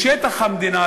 משטח המדינה,